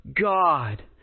God